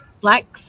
Flex